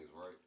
right